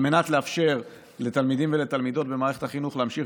על מנת לאפשר לתלמידים ולתלמידות במערכת החינוך להמשיך